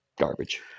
garbage